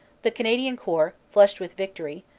the canadian corps, flushed with victory,